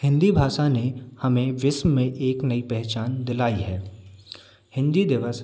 हिंदी भाषा ने हमें विश्व में एक नई पहचान दिलाई है हिंदी दिवस